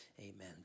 amen